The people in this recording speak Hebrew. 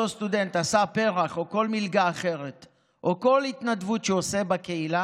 אותו סטודנט עשה פר"ח או לכל מלגה אחרת או כל התנדבות שהוא עושה בקהילה,